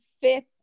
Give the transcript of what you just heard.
fifth